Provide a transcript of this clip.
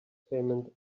payment